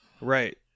right